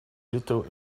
little